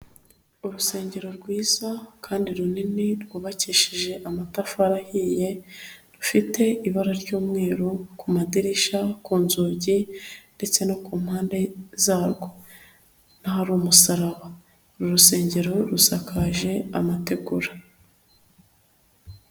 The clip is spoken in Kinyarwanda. Urusengero rwiza kandi runini rwubakishije amatafari ahiye rufite ibara ry'umweru, ku madirishya, ku nzugi ndetse no ku mpande zarwo, n'ahari umusaraba. Uru rusengero rusakaje amategura.